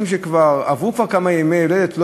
וכבר עברו כמה ימי הולדת,